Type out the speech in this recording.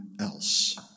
else